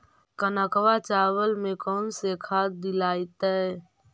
कनकवा चावल में कौन से खाद दिलाइतै?